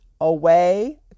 away